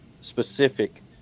specific